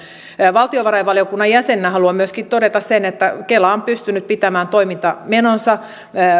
valtiovarainvaliokunnan jäsenenä haluan myöskin todeta että kela on pystynyt pitämään toimintamenonsa